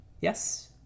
Yes